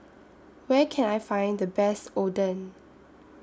Where Can I Find The Best Oden